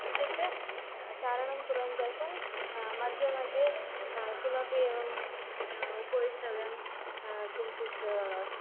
इत्युक्ते चारणं कुर्वन्त्यासं मध्ये मध्ये किमपि एवम् उपवेष्टव्यं किञ्चित्